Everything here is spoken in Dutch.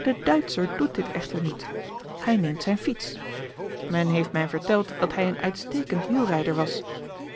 de duitscher doet dit echter niet hij neemt zijn fiets men heeft mij verteld dat hij een uitstekend wielrijder was